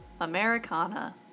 Americana